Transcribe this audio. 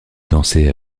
danser